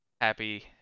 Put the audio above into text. happy